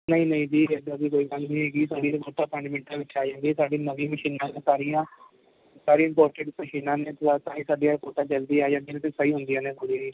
ਨਹੀਂ ਨਹੀਂ ਜੀ ਇੱਦਾਂ ਦੀ ਕੋਈ ਗੱਲ ਨਹੀਂ ਹੈਗੀ ਸਾਡੀ ਰਿਪੋਰਟਾਂ ਪੰਜ ਮਿੰਟਾਂ ਵਿੱਚ ਆ ਜਾਂਦੀਆ ਸਾਡੀ ਨਵੀਂ ਮਸ਼ੀਨਾਂ ਸਾਰੀਆਂ ਸਾਰੀਆਂ ਇੰਮਪੋਰਟੈਂਟ ਮਸ਼ੀਨਾਂ ਨੇ ਤਾਂ ਹੀ ਸਾਡੀਆਂ ਰਿਪੋਰਟਾਂ ਜਲਦੀ ਆ ਜਾਂਦੀਆਂ ਨੇ ਅਤੇ ਸਹੀ ਹੁੰਦੀਆਂ ਨੇ ਅਤੇ ਸਹੀ ਹੁੰਦੀਆਂ ਨੇ ਸਾਰੀਆਂ ਜੀ